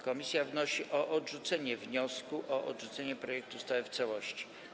Komisja wnosi o odrzucenie wniosku o odrzucenie projektu ustawy w całości.